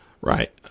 Right